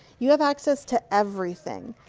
you have access to everything.